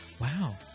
Wow